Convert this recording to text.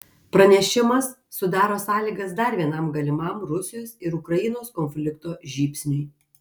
pranešimas sudaro sąlygas dar vienam galimam rusijos ir ukrainos konflikto žybsniui